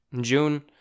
June